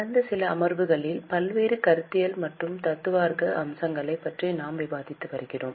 கடந்த சில அமர்வுகளில் பல்வேறு கருத்தியல் மற்றும் தத்துவார்த்த அம்சங்களைப் பற்றி நாம் விவாதித்து வருகிறோம்